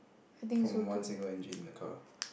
from one single engine in the car